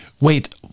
Wait